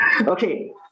Okay